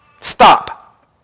Stop